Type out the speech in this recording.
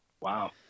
Wow